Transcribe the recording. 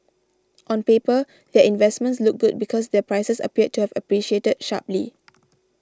on paper their investments look good because their prices appeared to have appreciated sharply